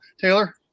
Taylor